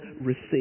receive